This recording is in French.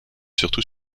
surtout